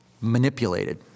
manipulated